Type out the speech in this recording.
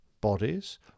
bodies